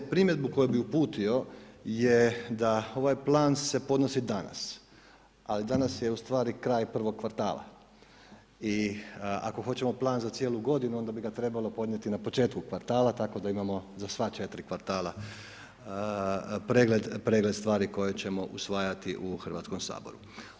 Primjedbu koju bi uputio je da se ovaj plan podnosi danas, ali danas je ustvari kraj prvog kvartala i ako hoćemo plan za cijelu godinu onda bi ga trebalo podnijeti na početku kvartala tako da imamo za sva četiri kvartala pregled stvari koje ćemo usvajati u Hrvatskom saboru.